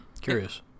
Curious